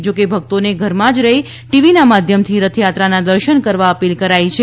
જો કે ભકતોને ઘરમાં જ રહી ટીવીના માધ્યમથી રથયાત્રાના દર્શન કરવા અપીલ કરાઇ છે